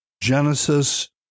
Genesis